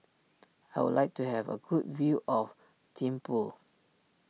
I would like to have a good view of Thimphu